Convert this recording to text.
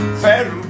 fair